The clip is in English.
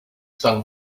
stung